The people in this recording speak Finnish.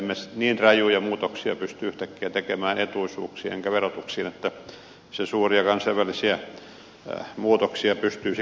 emme niin rajuja muutoksia pysty yhtäkkiä tekemään etuisuuksiin eikä verotukseen että se suuria kansainvälisiä muutoksia pystyisi kuittaamaan